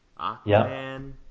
Aquaman